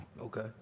Okay